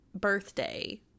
birthday